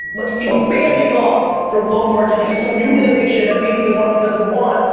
like you know, bandaid off from low margin to some new innovation that maybe the market doesn't want.